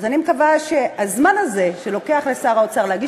אז אני מקווה שהזמן הזה שלוקח לשר האוצר להגיש